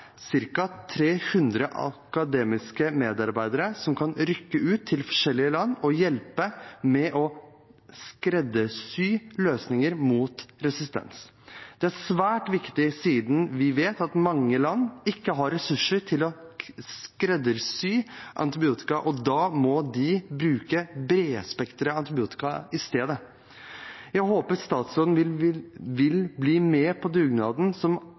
300 akademiske medarbeidere som kan rykke ut til forskjellige land og hjelpe med å skreddersy løsninger mot resistens. Det er svært viktig, siden vi vet at mange land ikke har ressurser til å skreddersy antibiotika og må bruke bredspekret antibiotika i stedet. Jeg håper statsråden vil bli med på dugnaden som